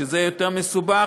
שזה יותר מסובך,